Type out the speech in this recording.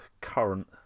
current